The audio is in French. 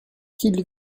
qu’ils